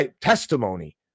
testimony